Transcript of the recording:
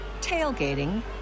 tailgating